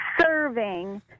serving